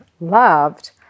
loved